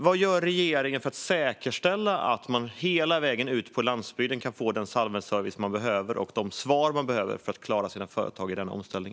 Vad gör regeringen för att säkerställa att man hela vägen ut på landsbygden kan få den samhällsservice man behöver och de svar man behöver för att klara sina företag i denna omställning?